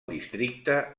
districte